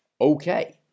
Okay